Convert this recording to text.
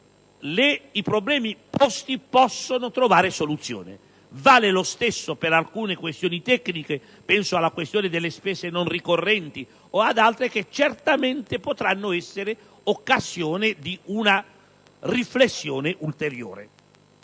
i problemi posti possono trovare soluzione. Vale lo stesso per alcune questioni tecniche, quali quella delle spese non ricorrenti o altre che certamente potranno costituire occasione di una ulteriore